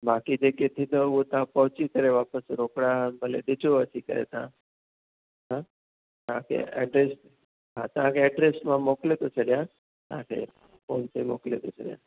बाक़ी जेके थींदव उहे तव्हां पहुची करे वापसि रोकड़ा भले ॾिजो अची करे तव्हां हां तव्हांखे एड्रेस हा तव्हांखे एड्रेस मां मोकिले थो छॾियां तव्हांखे फोन ते मोकिले थो छॾियां